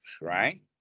right